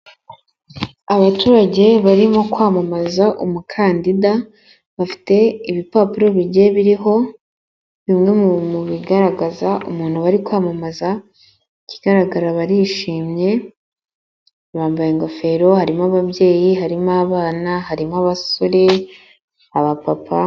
Abaturage barimo kwamamaza umukandida bafite ibipapuro bigiye biriho bimwe mu bigaragaza umuntu bari kwamamaza ikigaragara barishimye bambaye ingofero harimo ababyeyi harimo abana harimo abasore aba papa.